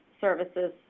services